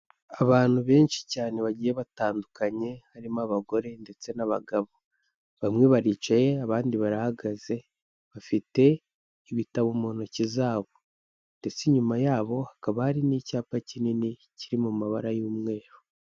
Abantu benshi cyane bagiye batandukanye, harimo abagore ndetse n'abagabo, bamwe baricaye abandi barahagaze, bafite ibitabo mu ntoki zabo, ndetse inyuma yabo hakaba hari n'icyapa kinini, kiri mu mabara y'umweru.